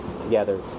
together